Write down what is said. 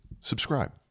subscribe